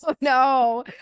No